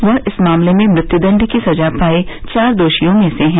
वह इस मामले में मृत्युदंड की सजा पाये चार दोषियों में है